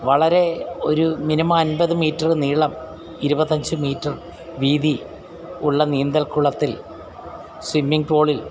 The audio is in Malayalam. വളരെ ഒരു മിനിമം അൻപത് മീറ്ററ് നീളം ഇരുപത്തഞ്ച് മീറ്റർ വീതി ഉള്ള നീന്തൽക്കുളത്തിൽ സ്വിമ്മിങ് പൂളിൽ